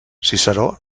ciceró